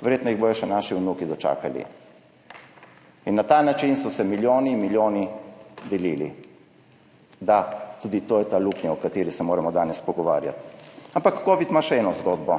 Verjetno jih bodo še naši vnuki dočakali. Na ta način so se milijoni in milijoni delili. Da, tudi to je ta luknja, o kateri se moramo danes pogovarjati. Ampak covid ima še eno zgodbo,